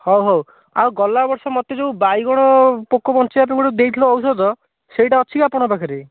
ହଉ ହଉ ଆଉ ଗଲା ବର୍ଷ ମୋତେ ଯେଉଁ ବାଇଗଣ ପୋକ ବଞ୍ଚାଇବା ପାଇଁ ଗୋଟେ ଦେଇଥିଲେ ଔଷଧ ସେଇଟା ଅଛି ଆପଣଙ୍କ ପାଖରେ